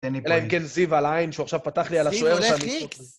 אלא אם כן זיו על העין, שהוא עכשיו פתח לי על השוער שם.